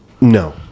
No